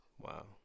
Wow